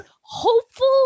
hopeful